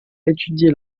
étudié